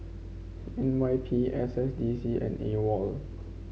N Y P S S D C and AWOL